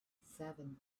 seven